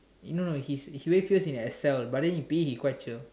no no he very fierce in Excel but in P_E he quite chill